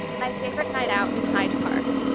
my favorite night out in hyde park